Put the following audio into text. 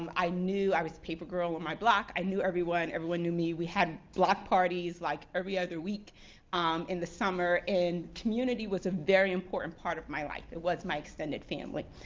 um i knew. i was the paper girl on my block. i knew everyone. everyone knew me. we had block parties like every other week in the summer, and community was a very important part of my life. it was my extended family.